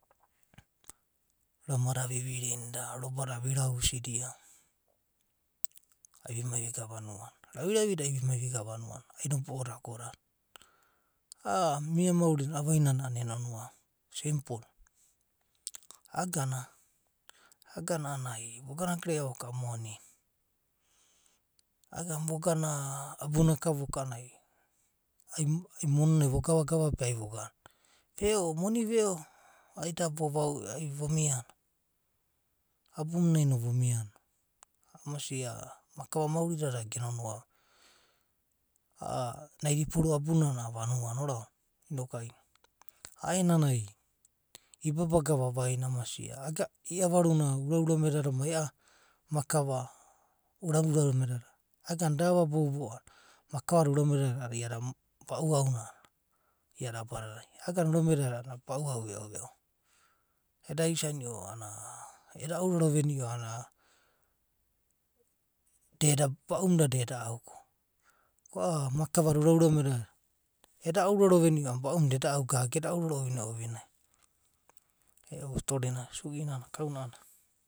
Rama da vivirinida. roba da virausia, ai vimai vigana ruma. Raviravi da ai vimai vigana vanuana. ai nebo’o da ago dada. A’a mia mauri na avai nana a’anana enoa va simpol. iagana. iagana vogana gerea voka anana moni na. Igana ai vigana abu naka voka a’annana. ai. ai mmoni na vogavagova be noku ai vigana. Veo, ai moni veo. ai da vovau’e. Abuanai no vomia ne. Kamasia, makava mauri dada genonoa’va. a’a naida ipuru abunana a’anana vanua na, oraosana va. Inoku ai a’aenanai ibabaga vavaina amasia iagana uraura meda da mai makava uraurame dada iagana eda ava kapea a’anana makave uraurame da ia bau’au na a’anana iada abadadai, iagana uramedada a’adada bau’au veo veo. Eda isanio. eda ouraro venio a’anana da eda busy ai nnio ko a’a makava urame dada eda ouraro vebio a’anana bau muda eda au gaga eda ouraro venio. E’u story na suinana kau na’ana.